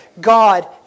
God